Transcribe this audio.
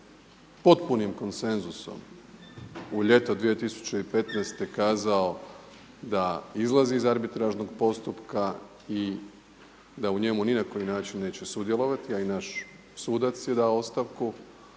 potpunim konsenzusom u ljeto 2015. kazao da izlazi iz arbitražnog postupka i da u njemu ni na koji način neće sudjelovati, a i naš sudac je dao ostavku